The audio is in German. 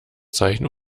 zeichen